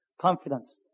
confidence